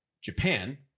Japan